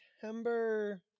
September